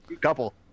couple